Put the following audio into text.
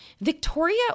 Victoria